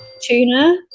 Tuna